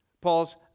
Paul's